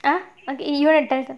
!huh! okay you want to